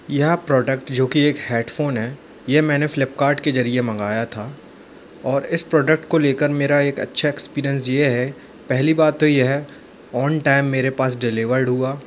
यह प्रॉडक्ट जो कि एक हेडफ़ोन है ये मैंने फ़्लिपकार्ट के ज़रिए मंगाया था और अब इस प्रॉडक्ट को लेकर मेरा एक अच्छा एक्सपीरियन्स ये है पहली बात तो ये है ऑन टाइम मेरे पास डिलिवर्ड हुआ